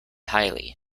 highly